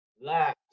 Left